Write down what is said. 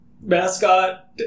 mascot